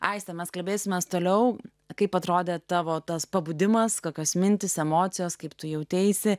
aiste mes kalbėsimės toliau kaip atrodė tavo tas pabudimas kokios mintys emocijos kaip tu jauteisi